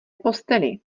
posteli